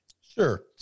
Sure